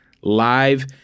live